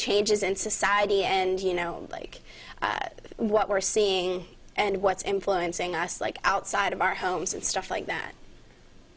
changes in society and you know like what we're seeing and what's influencing us like outside of our homes and stuff like that